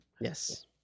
Yes